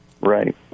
Right